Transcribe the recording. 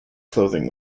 clothing